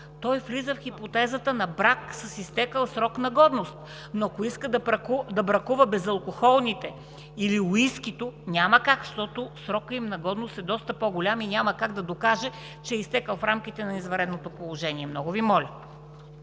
той влиза в хипотезата на брак с изтекъл срок на годност. Но ако иска да бракува безалкохолните напитки или уискито, няма как, защото срокът им на годност е доста по-дълъг и няма как да докаже, че е изтекъл в рамките на извънредното положение. Много Ви моля!